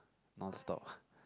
non stop